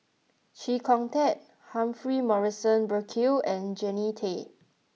Chee Kong Tet Humphrey Morrison Burkill and Jannie Tay